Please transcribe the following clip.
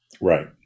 Right